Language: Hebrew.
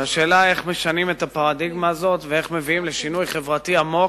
והשאלה איך משנים את הפרדיגמה הזאת ואיך מביאים לשינוי חברתי עמוק,